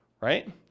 Right